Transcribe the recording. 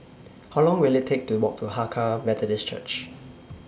How Long Will IT Take to Walk to Hakka Methodist Church